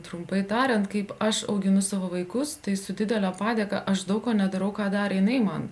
trumpai tariant kaip aš auginu savo vaikus tai su didele padėka aš daug ko nedarau ką darė jinai man